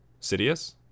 Sidious